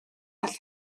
all